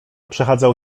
przechadzał